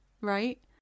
right